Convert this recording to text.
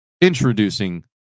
introducing